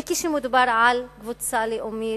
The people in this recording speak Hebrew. וכשמדובר על קבוצה לאומית,